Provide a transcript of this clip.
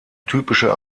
typische